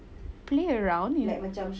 play around you